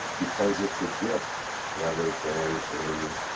because it's a gift rather than a.